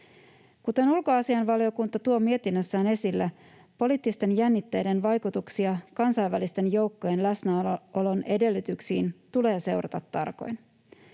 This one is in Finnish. Kuten ulkoasiainvaliokunta tuo mietinnössään esille, poliittisten jännitteiden vaikutuksia kansainvälisten joukkojen läsnäolon edellytyksiin tulee seurata tarkoin.